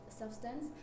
substance